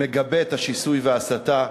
מגבה את השיסוי וההסתה,